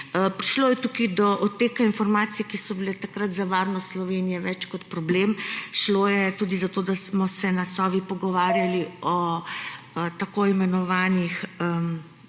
Prišlo je tukaj do odteka informacij, ki so bile takrat za varnost Slovenije več kot problem. Šlo je tudi za to, da smo se na Sovi pogovarjali o tako imenovanih